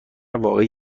واقعی